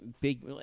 Big